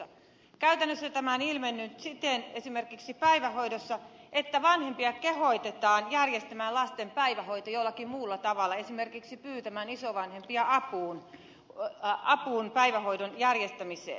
käytännössä tämä on ilmennyt siten esimerkiksi päivähoidossa että vanhempia kehotetaan järjestämään lasten päivähoito jollakin muulla tavalla esimerkiksi pyytämään isovanhempia apuun päivähoidon järjestämiseen